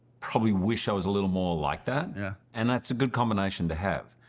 probably wish i was a little more like that. yeah and that's a good combination to have.